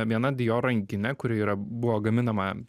viena dior rankinė kuri yra buvo gaminama